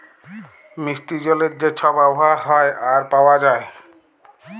মিষ্টি জলের যে ছব আবহাওয়া হ্যয় আর পাউয়া যায়